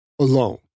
Alone